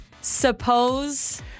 Suppose